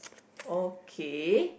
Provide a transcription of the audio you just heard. okay